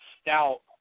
stout